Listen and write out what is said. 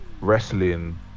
wrestling